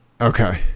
Okay